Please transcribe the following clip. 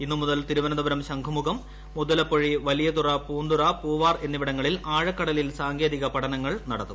ഇന്ന് മുതൽ തിരുവനന്തപൂരം ശംഖുംമുഖം മുതലപ്പൊഴി വലിയ തുറ പൂന്തുറ പൂപ്പാർ ്എന്നിവിടങ്ങളിൽ ആഴക്കടലിൽ സാങ്കേതിക പഠനങ്ങൾ നട്ത്തും